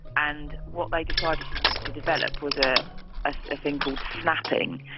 and what they decided to to develop was a ah thing called snapping,